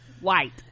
white